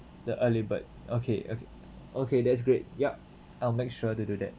the early bird okay okay okay that's great yup I'll make sure to do that